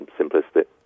simplistic